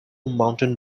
mountain